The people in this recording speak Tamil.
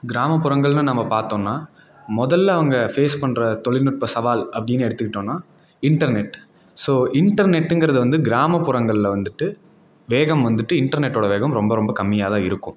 கிராமப்புறங்களில் நம்ம பார்த்தோன்னா முதல்ல அவங்க ஃபேஸ் பண்ணுற தொழில்நுட்ப சவால் அப்படினு எடுத்துகிட்டோன்னா இன்டெர்நெட் ஸோ இன்டெர்நெட்டுங்கிறது வந்து கிராமப்புறங்களில் வந்துட்டு வேகம் வந்துட்டு இன்டெர்நெட்டோடய வேகம் ரொம்ப ரொம்ப கம்மியாக தான் இருக்கும்